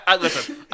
listen